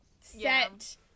set